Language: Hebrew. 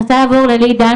אני רוצה לעבור ללי דן,